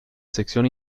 sección